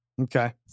Okay